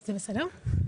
זה בגלל ההתרגשות.